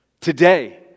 Today